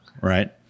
right